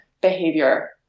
behavior